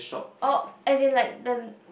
oh as in like the